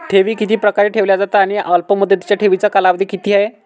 ठेवी किती प्रकारे ठेवल्या जातात आणि अल्पमुदतीच्या ठेवीचा कालावधी किती आहे?